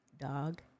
dog